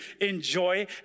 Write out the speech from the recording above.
enjoy